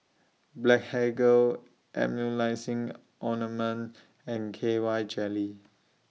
Blephagel Emulsying Ointment and K Y Jelly